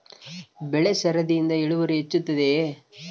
ಬೆಳೆ ಸರದಿಯಿಂದ ಇಳುವರಿ ಹೆಚ್ಚುತ್ತದೆಯೇ?